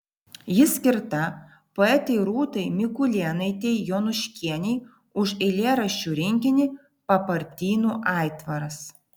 ji skirta poetei rūtai mikulėnaitei jonuškienei už eilėraščių rinkinį papartynų aitvaras